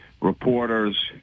reporters